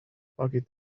pagi